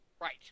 Right